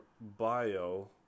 bio